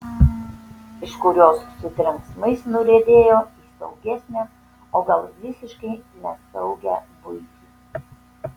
iš kurios su trenksmais nuriedėjo į saugesnę o gal visiškai nesaugią buitį